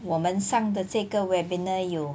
我们上的这个 webinar 有